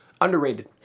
underrated